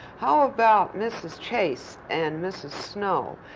how about mrs. chase and mrs. snow?